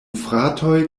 fratoj